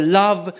love